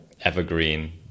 evergreen